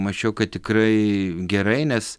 mačiau kad tikrai gerai nes